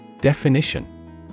Definition